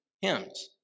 hymns